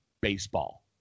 baseball